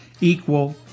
equal